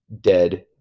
dead